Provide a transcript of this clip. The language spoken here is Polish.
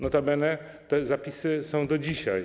Notabene te zapisy są do dzisiaj.